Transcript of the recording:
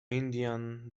indian